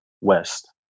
West